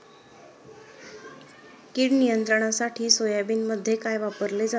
कीड नियंत्रणासाठी सोयाबीनमध्ये काय वापरले जाते?